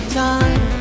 time